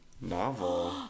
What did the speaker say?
Novel